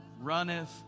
runneth